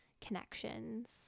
connections